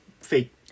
fake